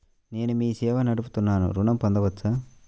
నేను మీ సేవా నడుపుతున్నాను ఋణం పొందవచ్చా?